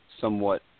somewhat